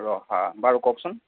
ৰহা বাৰু কওকচোন